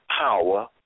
power